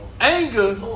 anger